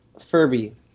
Furby